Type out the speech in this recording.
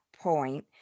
Point